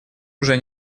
уже